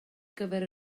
gyfer